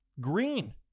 green